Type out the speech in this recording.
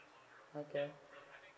okay